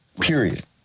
Period